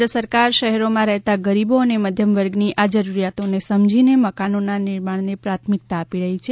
કેન્દ્ર સરકાર શહેરોમાં રહેતા ગરીબો અને મધ્યમ વર્ગની આ જરૂરિયાતોને સમજીને મકાનોનાં નિર્માણને પ્રાથમિક્તા આપી રહી છે